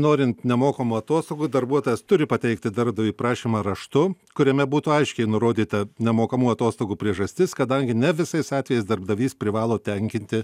norint nemokamų atostogų darbuotojas turi pateikti darbdaviui prašymą raštu kuriame būtų aiškiai nurodyta nemokamų atostogų priežastis kadangi ne visais atvejais darbdavys privalo tenkinti